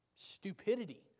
Stupidity